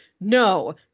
no